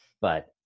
but-